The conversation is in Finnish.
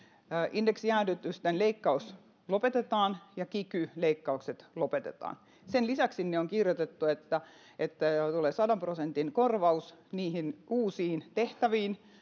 indeksijäädytykset lopetetaan ja kiky leikkaukset lopetetaan sen lisäksi sinne on kirjoitettu että että tulee sadan prosentin korvaus niihin uusiin tehtäviin